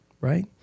right